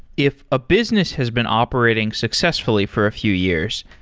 if a business has been operating successfully for a few years,